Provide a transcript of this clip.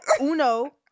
Uno